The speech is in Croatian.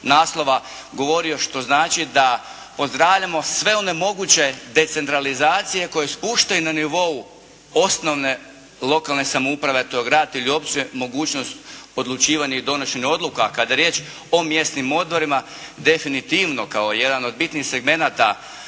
naslova govorio, što znači da pozdravljamo sve one moguće decentralizacije koje spuštaju na nivou osnovne lokalne samouprave, a to je grad ili općina mogućnost odlučivanja i donošenja odluka. A kada je riječ o mjesnim odborima definitivno kao jedan od bitnih segmenata